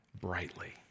brightly